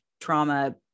trauma